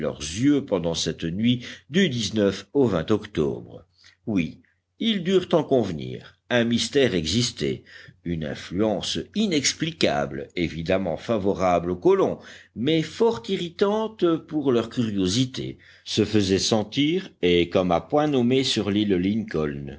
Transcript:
pendant cette nuit du au octobre oui ils durent en convenir un mystère existait une influence inexplicable évidemment favorable aux colons mais fort irritante pour leur curiosité se faisait sentir et comme à point nommé sur l'île lincoln